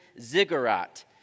ziggurat